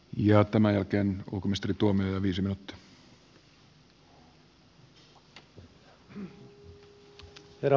ja tämän jälkeen koko mestari tuomme herra puhemies